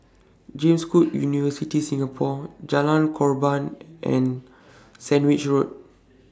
James Cook University Singapore Jalan Korban and Sandwich Road